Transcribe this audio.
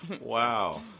Wow